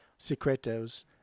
Secretos